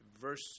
Verse